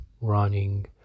running